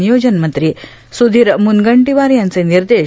नियोजन मंत्री स्धीर मुनगंटीवार यांचे निर्देश